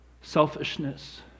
selfishness